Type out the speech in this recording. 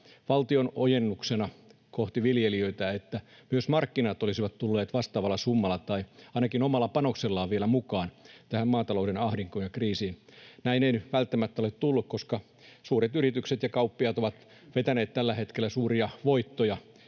valtion ojennuksena kohti viljelijöitä, että myös markkinat olisivat tulleet vastaavalla summalla tai ainakin omalla panoksellaan vielä mukaan tähän maatalouden ahdinkoon ja kriisiin. Näin ei nyt välttämättä ole ollut, koska suuret yritykset ja kauppiaat ovat vetäneet tällä hetkellä suuria voittoja,